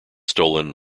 stolen